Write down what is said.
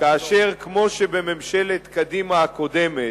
כמו שבממשלת קדימה הקודמת,